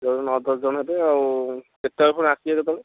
ନଅ ଦଶ ଜଣ ହେବେ ଆଉ କେତେବେଳେ ପୁଣି ଆସିବା କେତେବେଳେ